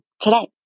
today